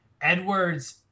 Edwards